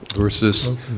versus